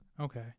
okay